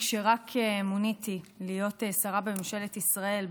כשרק מוניתי להיות שרה בממשלת ישראל,